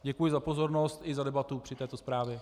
Děkuji za pozornost i za debatu k této zprávě.